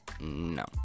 No